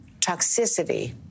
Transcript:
toxicity